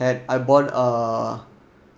I I bought a